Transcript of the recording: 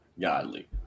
godly